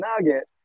nugget